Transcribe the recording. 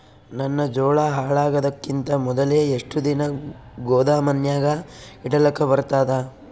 ನನ್ನ ಜೋಳಾ ಹಾಳಾಗದಕ್ಕಿಂತ ಮೊದಲೇ ಎಷ್ಟು ದಿನ ಗೊದಾಮನ್ಯಾಗ ಇಡಲಕ ಬರ್ತಾದ?